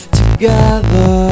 together